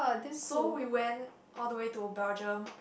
so we went all the way to Belgium